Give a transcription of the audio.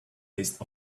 taste